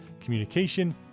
communication